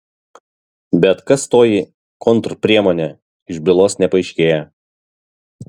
bet kas toji kontrpriemonė iš bylos nepaaiškėja